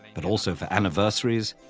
but also for anniversaries,